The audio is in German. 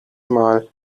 mal